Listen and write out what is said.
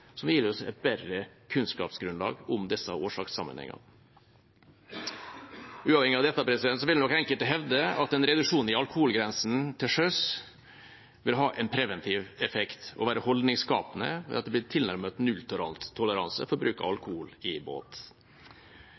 som gir oss et bedre kunnskapsgrunnlag om disse årsakssammenhengene. Uavhengig av dette vil nok enkelte hevde at en reduksjon i alkoholgrensen til sjøs vil ha en preventiv effekt og være holdningsskapende ved at det blir tilnærmet nulltoleranse for bruk av alkohol i båt.